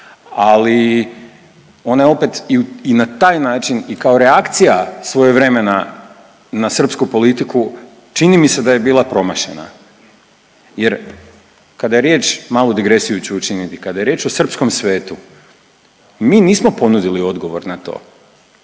ali ona je opet i na taj način i kao reakcija svojevremena na srpsku politiku, čini mi se da je bila promašena jer kada je riječ, malu digresiju ću učiniti, kad je riječ o srpskom svetu mi nismo ponudili odgovor na to,